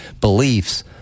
beliefs